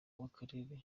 w’akarere